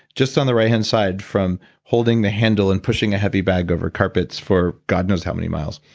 just on the right-hand side from holding the handle and pushing a heavy bag over carpets for god knows how many miles.